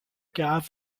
cas